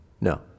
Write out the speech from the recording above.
No